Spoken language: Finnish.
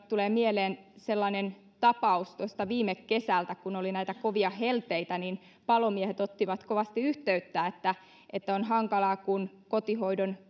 tulee mieleen sellainen tapaus tuolta viime kesältä kun oli näitä kovia helteitä palomiehet ottivat kovasti yhteyttä että että on hankalaa kun kotihoidon